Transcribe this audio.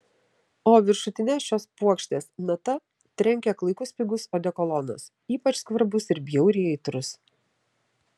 o viršutine šios puokštės nata trenkė klaikus pigus odekolonas ypač skvarbus ir bjauriai aitrus